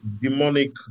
demonic